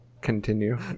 Continue